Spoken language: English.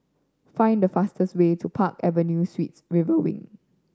find the fastest way to Park Avenue Suites River Wing